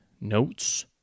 notes